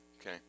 Okay